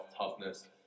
toughness